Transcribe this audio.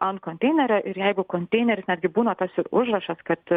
ant konteinerio ir jeigu konteineris netgi būna tas ir užrašas kad